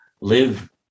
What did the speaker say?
Live